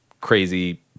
crazy